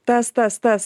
tas tas tas